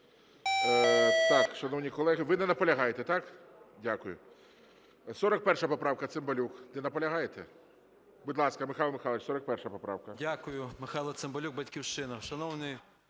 Так, шановні колеги, ви не наполягаєте, так? Дякую. 41 поправка, Цимбалюк. Не наполягаєте? Будь ласка, Михайло Михайлович, 41 поправка. 13:17:27 ЦИМБАЛЮК М.М. Дякую. Михайло Цимбалюк, "Батьківщина".